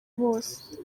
bose